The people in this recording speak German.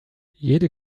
jede